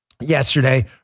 yesterday